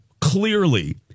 clearly